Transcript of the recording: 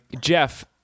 jeff